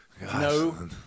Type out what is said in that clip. No